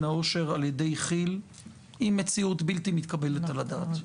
העושר על ידי כי"ל היא מציאות בלתי מתקבלת על הדעת.